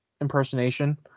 impersonation